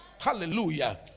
Hallelujah